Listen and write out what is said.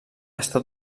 està